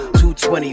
220